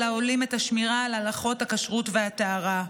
העולים את השמירה על הלכות הכשרות והטהרה.